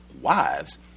wives